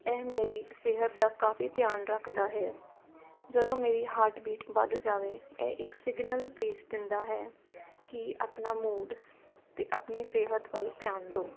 ਇਹ ਮੇਰੀ ਸਿਹਤ ਦਾ ਕਾਫ਼ੀ ਧਿਆਨ ਰੱਖਦਾ ਹੈ ਜਦੋਂ ਮੇਰੀ ਹਾਰਟਬੀਟ ਵੱਧ ਜਾਵੇ ਇਹ ਇੱਕ ਸਿਗਨਲ ਭੇਜ ਦਿੰਦਾ ਹੈ ਕਿ ਆਪਣਾ ਮੂਡ ਅਤੇ ਆਪਣੀ ਸਿਹਤ ਵੱਲ ਧਿਆਨ ਦਿਓ